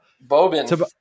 Bobin